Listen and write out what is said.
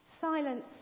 Silence